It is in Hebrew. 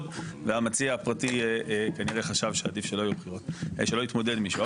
והמציע הפרטי כנראה חשב שעדיף שלא יתמודד מישהו,